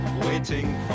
Waiting